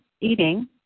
eating